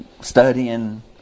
studying